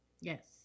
yes